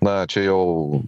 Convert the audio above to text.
na čia jau